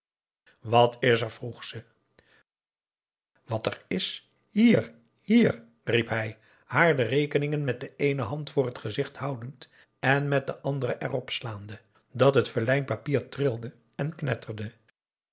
wat is er vroeg aum boe akar eel at er is hier hier riep hij haar de rekeningen met de eene hand voor het gezicht houdend en met de andere erop slaande dat het velijn papier trilde en knetterde